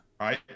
right